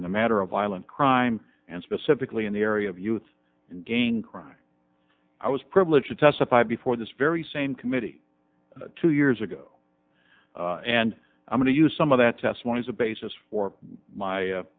in the matter of violent crime and specifically in the area of youth and gang crime i was privileged to testify before this very same committee two years ago and i'm going to use some of that testimony as a basis for my